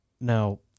Now